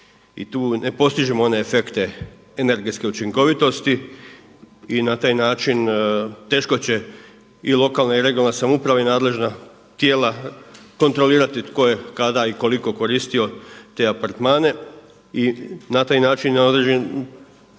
I tu ne postižemo one efekte energetske učinkovitosti i na taj način teško će i lokalna i regionalna samouprava i nadležna tijela kontrolirati tko je, kada i koliko koristio te apartmane i na taj način, na određen